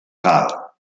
grave